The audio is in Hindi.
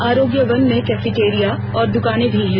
आरोग्य वन में कैफेटेरिया और दुकानें भी हैं